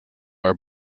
are